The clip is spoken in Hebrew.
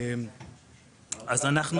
בדיוק, לאזרחים.